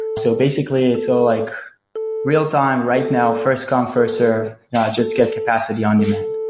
so basically, it's all like real-time right now first come first serve just get capacity on demand.